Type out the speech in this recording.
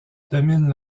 domine